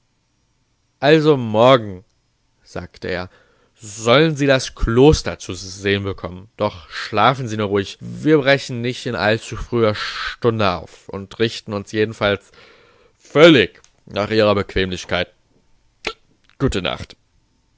also morgen sagte er sollen sie das kloster zu sehen bekommen doch schlafen sie nur ruhig wir brechen nicht in allzu früher stunde auf und richten uns jedenfalls völlig nach ihrer bequemlichkeit gute nacht